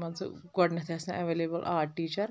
مان ژٕ گۄڈٕنٮ۪تھ ٲسۍ نہٕ اٮ۪وٮ۪لیبٕل آٹ ٹیٖچَر